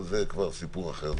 אבל זה כבר סיפור אחר,